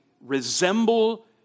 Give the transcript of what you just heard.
resemble